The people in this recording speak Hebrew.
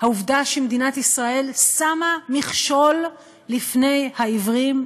העובדה שמדינת ישראל שמה מכשול לפני העיוורים,